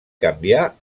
canviar